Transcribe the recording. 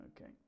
okay